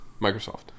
Microsoft